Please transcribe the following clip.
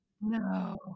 no